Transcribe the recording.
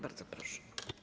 Bardzo proszę.